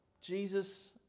Jesus